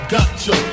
Gotcha